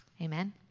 Amen